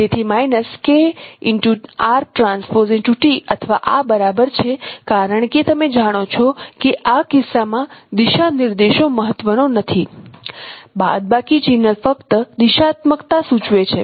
તેથી અથવા આ બરાબર છે કારણ કે તમે જાણો છો કે આ કિસ્સામાં દિશા નિર્દેશો મહત્વનો નથી બાદબાકી ચિહ્ન ફક્ત દિશાત્મકતા સૂચવે છે